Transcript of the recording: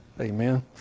Amen